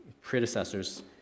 predecessors